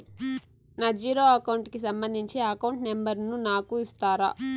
నా zero account కి సంబంధించి అకౌంట్ నెంబర్ ను నాకు ఇస్తారా